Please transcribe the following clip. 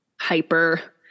hyper